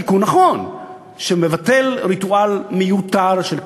תיקון נכון שמבטל ריטואל מיותר של הכנסת,